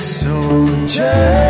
soldier